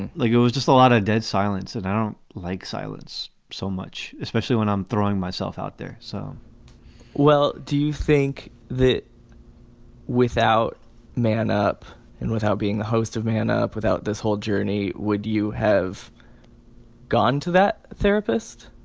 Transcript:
and like it was just a lot of dead silence. and i don't like silence so much, especially when i'm throwing myself out there. so well, do you think that without man up and without being the host of man up, without this whole journey, would you have gone to that therapist?